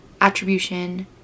attribution